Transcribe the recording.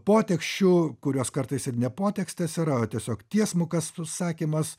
poteksčių kurios kartais ir ne potekstės yra o tiesiog tiesmukas susakymas